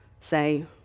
say